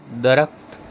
درخت